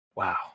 Wow